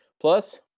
Plus